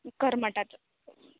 करमटाचो